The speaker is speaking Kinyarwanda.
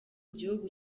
gihugu